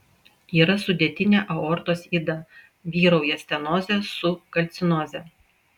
yra sudėtinė aortos yda vyrauja stenozė su kalcinoze